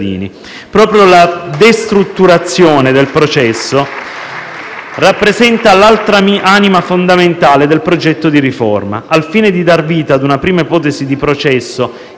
Proprio la destrutturazione del processo rappresenta l'altra anima fondamentale del progetto di riforma, al fine di dar vita a una prima ipotesi di processo